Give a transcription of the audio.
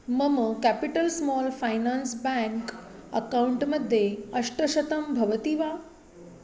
मम capital small finance bank account मध्ये अष्टशतं भवति वा